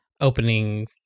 opening